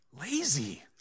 Lazy